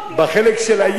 בחלק של ה"יֵי",